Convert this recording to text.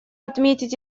отметить